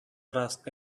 trust